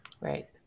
Right